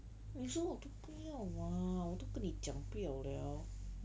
你说我都不要玩我都跟你讲不要了